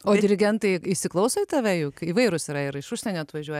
o dirigentai įsiklauso į tave juk įvairūs yra ir iš užsienio atvažiuoja